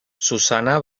susana